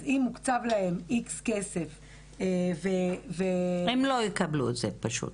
אז אם הוקצב להם X כסף --- הם לא יקבלו את זה פשוט.